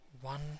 one